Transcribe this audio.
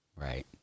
Right